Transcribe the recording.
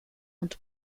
und